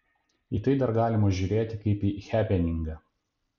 į tai dar galima žiūrėti kaip į hepeningą